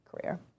career